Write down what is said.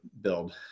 build